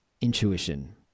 intuition